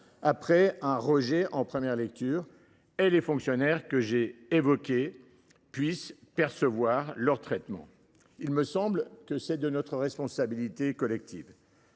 après un rejet en première lecture, et que les fonctionnaires que j’ai mentionnés pourront percevoir leur traitement. Il me semble que cela relève de notre responsabilité collective.